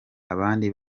abandi